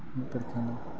बेखोनो